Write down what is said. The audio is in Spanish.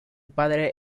padre